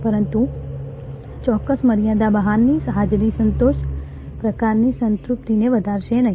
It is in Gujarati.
પરંતુ ચોક્કસ મર્યાદા બહાર ની હાજરી સંતોષ પ્રકારની સંતૃપ્તિને વધારશે નહીં